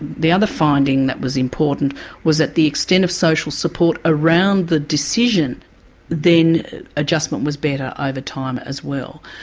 the other finding that was important was that the extent of social support around the decision then adjustment was better over time as well.